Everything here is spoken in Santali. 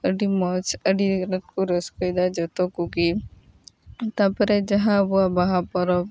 ᱟᱹᱰᱤ ᱢᱚᱡᱽ ᱟᱹᱰᱤ ᱜᱮᱠᱚ ᱨᱟᱹᱥᱠᱟᱹᱭᱮᱫᱟ ᱡᱚᱛᱚ ᱠᱚᱜᱮ ᱛᱟᱯᱚᱨᱮ ᱡᱟᱦᱟᱸ ᱟᱵᱚᱣᱟᱜ ᱵᱟᱦᱟ ᱯᱚᱨᱚᱵᱽ